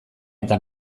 eta